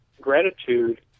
gratitude